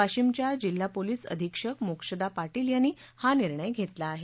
वाशीमच्या जिल्हा पोलीस अधीक्षक मोक्षदा पाटील यांनी हा निर्णय घेतला आहे